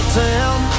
town